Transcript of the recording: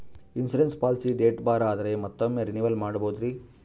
Insurance policy date ಬಾರ್ ಆದರೆ ಮತ್ತೊಮ್ಮೆ ರಿನಿವಲ್ ಮಾಡಬಹುದ್ರಿ?